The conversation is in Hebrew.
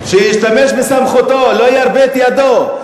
שישתמש בסמכותו, לא ירפה את ידו.